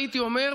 הייתי אומר,